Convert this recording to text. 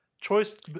choice